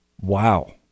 wow